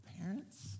parents